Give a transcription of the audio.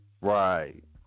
Right